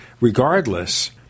Regardless